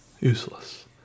Useless